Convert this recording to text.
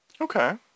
Okay